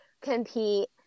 compete